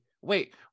wait